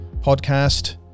podcast